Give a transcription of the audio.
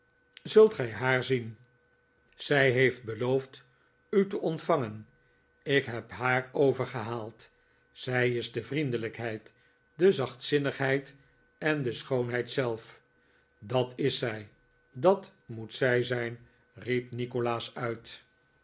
zult gij haar zien zij heeft beloofd u te ontvangen ik heb haar overgehaald zij is de vriendelijkheid de zachtzinnigheid en de schoonheid zelf dat is zij dat moet zij zijn riep nikolaas uit